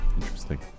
Interesting